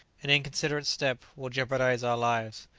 an inconsiderate step will jeopardize our lives.